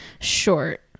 short